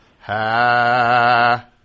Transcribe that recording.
ha